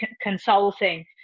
consulting